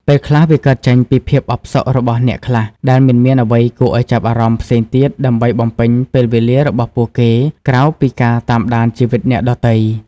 ពេលខ្លះវាកើតចេញពីភាពអផ្សុករបស់អ្នកខ្លះដែលមិនមានអ្វីគួរឱ្យចាប់អារម្មណ៍ផ្សេងទៀតដើម្បីបំពេញពេលវេលារបស់ពួកគេក្រៅពីការតាមដានជីវិតអ្នកដទៃ។